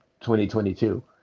2022